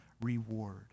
reward